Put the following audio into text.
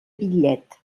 bitllet